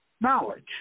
knowledge